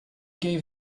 gave